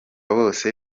bose